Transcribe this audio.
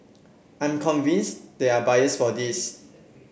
I'm convinced there are buyers for this